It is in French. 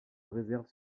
réserve